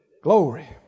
Glory